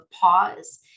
pause